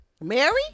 Mary